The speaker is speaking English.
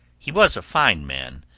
he was a fine man,